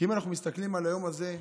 כי אם אנחנו מסתכלים על היום הזה,